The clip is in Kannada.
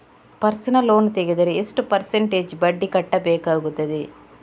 ಪರ್ಸನಲ್ ಲೋನ್ ತೆಗೆದರೆ ಎಷ್ಟು ಪರ್ಸೆಂಟೇಜ್ ಬಡ್ಡಿ ಕಟ್ಟಬೇಕಾಗುತ್ತದೆ?